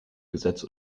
gesetz